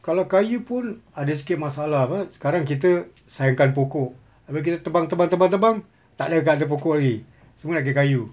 kalau kayu pun ada sedikit masalah apa sekarang kita sayangkan pokok habis kita tebang tebang tebang tebang tak ada kan pokok lagi semua nak kena kayu